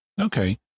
Okay